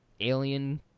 Alien